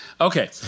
Okay